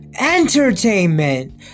Entertainment